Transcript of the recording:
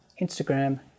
Instagram